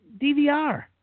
DVR